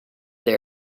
they